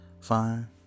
fine